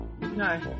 No